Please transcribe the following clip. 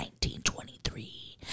1923